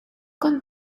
con